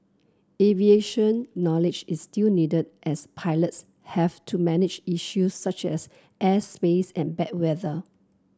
aviation knowledge is still needed as pilots have to manage issues such as airspace and bad weather